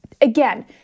Again